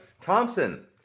Thompson